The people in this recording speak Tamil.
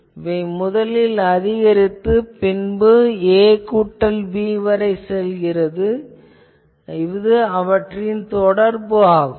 இவை முதலில் அதிகரித்து பின் a கூட்டல் b வரை செல்கிறது இது அவற்றின் தொடர்பு ஆகும்